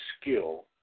skill